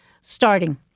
Starting